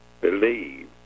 believe